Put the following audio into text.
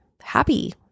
happy